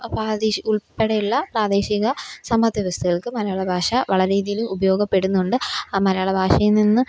അപ്പം അതിൽ ഉള്പ്പെടെയുള്ള പ്രാദേശിക സമ്പത്ത് വ്യവസ്ഥകള്ക്ക് മലയാള ഭാഷ വളരെ ഇതിൽ ഉപയോഗപ്പെടുന്നുണ്ട് ആ മലയാള ഭാഷയിൽനിന്ന്